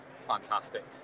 fantastic